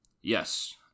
Yes